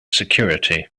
security